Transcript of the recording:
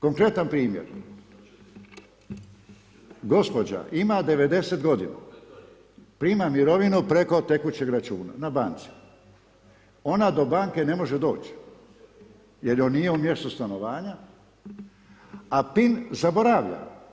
Konkretan primjer, gđa ima 90 g. prima mirovinu preko tekućeg računa, na banci, ona do banke ne može doći, jer joj nije u mjestu stanovanja, a pin zaboravlja.